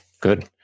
good